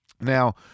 Now